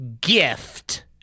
gift